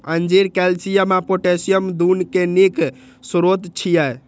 अंजीर कैल्शियम आ पोटेशियम, दुनू के नीक स्रोत छियै